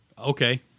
Okay